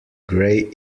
grey